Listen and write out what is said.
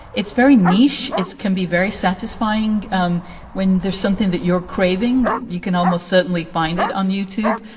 it's very niche. it's can be very satisfying um when there's something that you're craving. you can almost certainly find it on youtube.